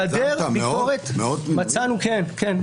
כן, כן.